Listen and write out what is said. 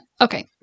Okay